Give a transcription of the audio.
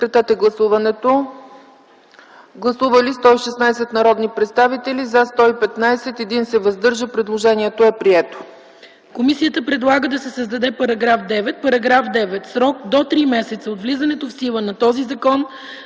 Комисията предлага да се създаде § 9: „§ 9. В срок до три месеца от влизането в сила на този закон